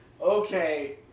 Okay